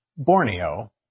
Borneo